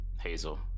Hazel